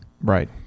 Right